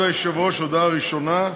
הודעה ראשונה: